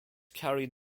carried